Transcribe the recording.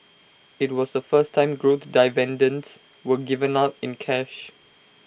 IT was the first time growth dividends were given out in cash